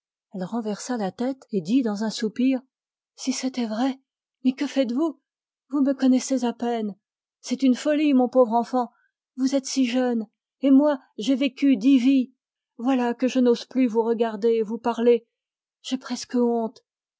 elle renversa la tête et dit dans un soupir si c'était vrai mais que faites-vous vous me connaissez à peine c'est une folie mon pauvre enfant vous êtes si jeune et moi j'ai vécu dix vies voilà que je n'ose plus vous regarder vous parler j'ai presque honte